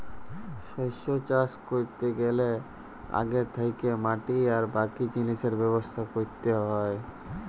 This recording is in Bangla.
শস্য চাষ ক্যরতে গ্যালে আগে থ্যাকেই মাটি আর বাকি জিলিসের ব্যবস্থা ক্যরতে হ্যয়